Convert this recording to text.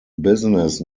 business